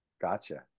Gotcha